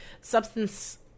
substance